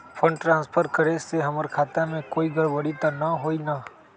Fund transfer करे से हमर खाता में कोई गड़बड़ी त न होई न?